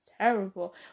terrible